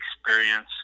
experience